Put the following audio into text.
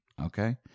Okay